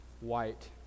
white